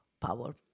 power